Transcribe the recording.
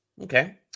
Okay